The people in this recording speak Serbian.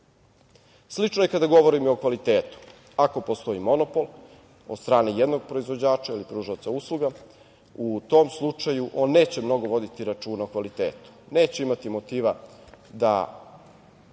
je i kada govorimo o kvalitetu. Ako postoji monopol od strane jednog proizvođača ili pružaoca usluga, u tom slučaju on neće mnogo voditi računa o kvalitetu, neće imati motiva da